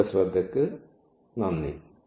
നിങ്ങളുടെ ശ്രദ്ധയ്ക്ക് നന്ദി